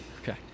Okay